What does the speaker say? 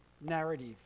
narrative